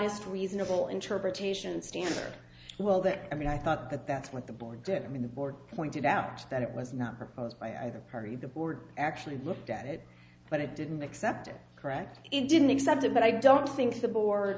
reasonable interpretation stand well that i mean i thought that that's what the board did i mean the board pointed out that it was not proposed by either party the board actually looked at it but it didn't accept it correct it didn't accept it but i don't think the board